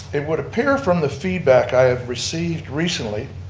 it would appear from the feedback i have received recently,